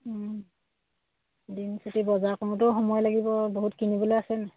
দিন চুটি বজাৰ কৰোঁতেও সময় লাগিব বহুত কিনিবলে আছে ন